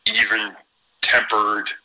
even-tempered